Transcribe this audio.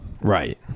Right